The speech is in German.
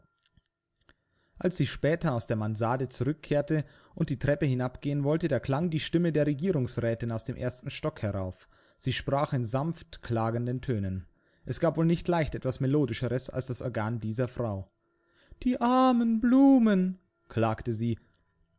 als sie später aus der mansarde zurückkehrte und die treppe hinabgehen wollte da klang die stimme der regierungsrätin aus dem ersten stock herauf sie sprach in sanft klagenden tönen es gab wohl nicht leicht etwas melodischeres als das organ dieser frau die armen blumen klagte sie